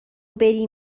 بری